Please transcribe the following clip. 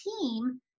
team